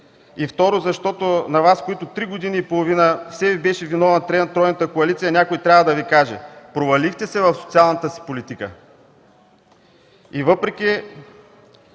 Второ, защото на Вас, които три години и половина все Ви беше виновна тройната коалиция, някой трябва да Ви каже: провалихте се в социалната си политика и въпреки